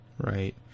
Right